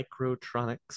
microtronics